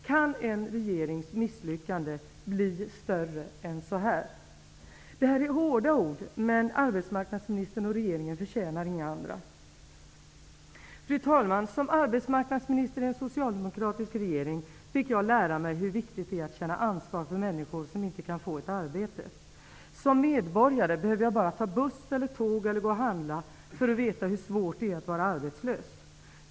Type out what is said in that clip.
Kan en regerings misslyckande bli större än så här? Det här är hårda ord, men arbetsmarknadsministern och regeringen förtjänar inga andra. Fru talman! Som arbetsmarknadsminister i en socialdemokratisk regering fick jag lära mig hur viktigt det är att känna ansvar för människor som inte kan få ett arbete. Som medborgare behöver jag bara ta buss eller tåg eller gå och handla för att få veta hur svårt det är att vara arbetslös.